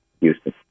Houston